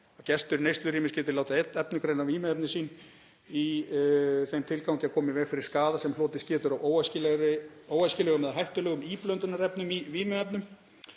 gestir í neyslurýmum geti látið efnagreina vímuefni sín í þeim tilgangi að koma í veg fyrir skaða sem hlotist getur af óæskilegum eða hættulegum íblöndunarefnum í vímuefnum.